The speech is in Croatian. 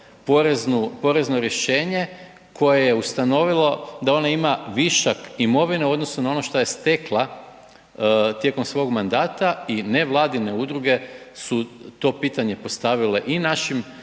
porezno rješenje koje je ustanovilo da ona ima višak imovine u odnosu na ono što je stekla tijekom svog mandata i nevladine udruge su to pitanje postavile i našim